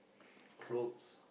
clothes